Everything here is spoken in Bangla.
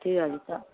ঠিক আছে তা